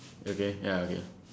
okay ya okay